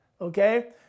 okay